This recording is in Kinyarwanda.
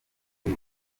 ibi